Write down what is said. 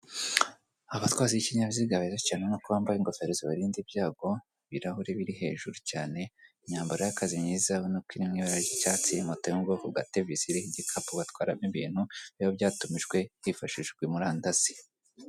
Abatwazi biki kinyabiziga beza cyane ubona ko bambaye ingofero zibarinda ibyago ibirahure biri hejuru cyane, imyambaro y'akazi myiza ubuna ko iri mu ibara ry'icyatsi, moto yo mu bwoko bwa tevisi iriho igikapu batwaraho ibintu biba byatumijwe hifashishijwe murandasi.